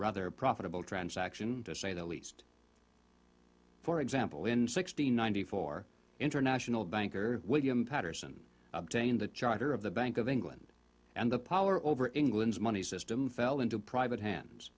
rather a profitable transaction to say the least for example in sixteen ninety four international banker william patterson obtained the charter of the bank of england and the power over england's money system fell into private hands